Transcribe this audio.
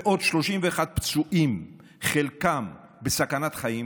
ועוד 31 פצועים שחלקם בסכנת חיים